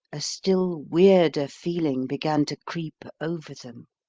a still weirder feeling began to creep over them.